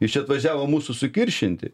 jis čia atvažiavo mūsų sukiršinti